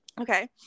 okay